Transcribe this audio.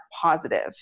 positive